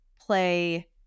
play